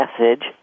message